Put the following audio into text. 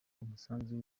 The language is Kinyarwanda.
umusanzu